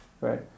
right